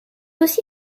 aussi